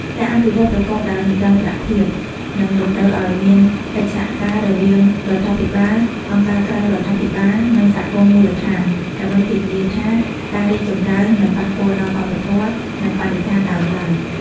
ការអភិវឌ្ឍន៍ប្រកបដោយនិរន្តរភាពនឹងតម្រូវឱ្យមានកិច្ចសហការរវាងរដ្ឋាភិបាល អង្គការក្រៅរដ្ឋាភិបាល និងសហគមន៍មូលដ្ឋាន ដើម្បីធានាថាការរីកចម្រើនមិនប៉ះពាល់ដល់វប្បធម៌ និងបរិស្ថានដើមឡើយ។